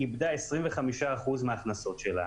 איבדה 25 אחוזים מההכנסות שלה